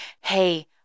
hey